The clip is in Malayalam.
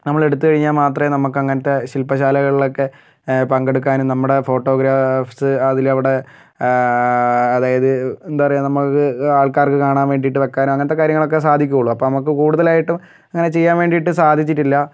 നമ്മളെടുത്ത് കഴിഞ്ഞാൽ മാത്രമെ നമുക്ക് അങ്ങനത്തെ ശില്പശാലകളിലൊക്കെ പങ്കെടുക്കാനും നമ്മുടെ ഫോട്ടോഗ്രാഫ്സ് അതിലവിടെ അതായത് എന്താ പറയ്യുക നമ്മൾക്ക് ആൾക്കാർക്ക് കാണാൻ വേണ്ടിയിട്ട് വെക്കാൻ അങ്ങനത്തെ കാര്യങ്ങളൊക്കെ സാധിക്കുകയുള്ളു അപ്പോൾ നമുക്ക് കൂടുതലായിട്ടും അങ്ങനെ ചെയ്യാൻ വേണ്ടിയിട്ട് സാധിച്ചിട്ടില്ല